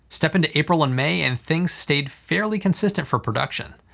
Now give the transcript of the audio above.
step into april and may and things stayed fairly consistent for production.